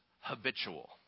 habitual